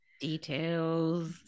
details